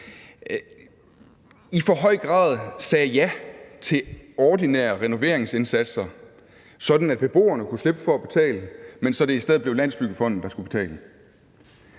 i for høj grad sagde ja til ordinære renoveringsindsatser, sådan at beboerne kunne slippe for at betale og det i stedet blev Landsbyggefonden, der skulle betale.